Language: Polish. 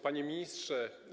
Panie Ministrze!